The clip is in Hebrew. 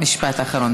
משפט אחרון.